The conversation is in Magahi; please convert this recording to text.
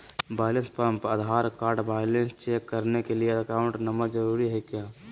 Balance pump Aadhaar card balance check करने के लिए अकाउंट नंबर जरूरी है क्या?